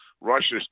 Russia's